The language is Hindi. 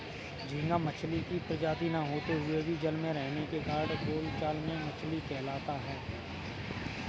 झींगा मछली की प्रजाति न होते हुए भी जल में रहने के कारण बोलचाल में मछली कहलाता है